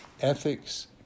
ethics